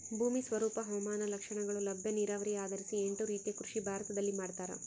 ಭೂಮಿ ಸ್ವರೂಪ ಹವಾಮಾನ ಲಕ್ಷಣಗಳು ಲಭ್ಯ ನೀರಾವರಿ ಆಧರಿಸಿ ಎಂಟು ರೀತಿಯ ಕೃಷಿ ಭಾರತದಲ್ಲಿ ಮಾಡ್ತಾರ